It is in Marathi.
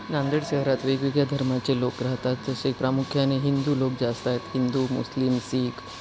नांदेड शहरात वेगवेगळ्या धर्माचे लोक राहतात जसे प्रामुख्याने हिंदू लोक जास्त आहेत हिंदू मुस्लिम सीख